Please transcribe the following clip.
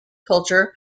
culture